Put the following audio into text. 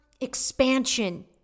expansion